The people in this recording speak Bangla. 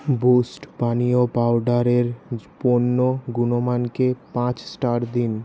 বুস্ট পানীয় পাউডারের পণ্য গুণমানকে পাঁচ স্টার দিন